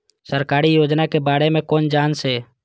सरकारी योजना के बारे में केना जान से?